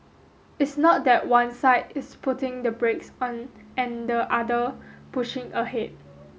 it's not that one side is putting the brakes on and the other pushing ahead